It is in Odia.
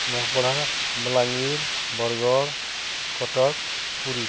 ନୂଆପଡ଼ା ବଲାଙ୍ଗୀର ବରଗଡ଼ କଟକ ପୁରୀ